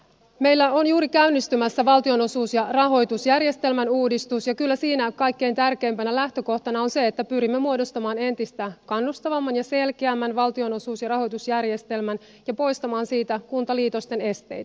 meillä on juuri käynnistymässä valtionosuus ja rahoitusjärjestelmän uudistus ja kyllä siinä kaikkein tärkeimpänä lähtökohtana on se että pyrimme muodostamaan entistä kannustavamman ja selkeämmän valtionosuus ja rahoitusjärjestelmän ja poistamaan siitä kuntaliitosten esteitä